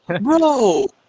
Bro